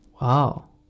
Wow